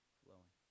flowing